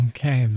Okay